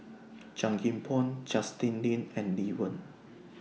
Chan Kim Boon Justin Lean and Lee Wen